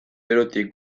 eurotik